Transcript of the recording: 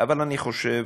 אבל אני חושב